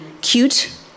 cute